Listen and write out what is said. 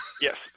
yes